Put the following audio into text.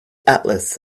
atlas